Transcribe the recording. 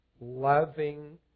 loving